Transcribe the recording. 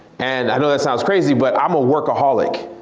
and i know that sounds crazy but i'm a workaholic.